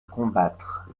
combattre